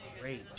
great